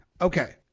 Okay